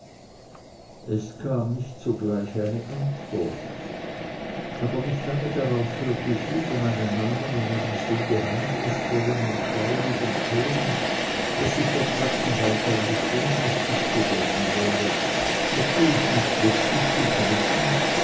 es kam nicht sogleich eine antwort aber nicht lange darauf hörte ich wieder meinen namen in einem so geheimnisvollen und schaurigen ton daß ich vor schrecken wahrscheinlich ohnmächtig geworden wäre hätte ich nicht plötzlich begriffen